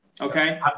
Okay